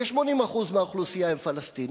ו-80% מהאוכלוסייה הם פלסטינים.